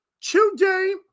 Today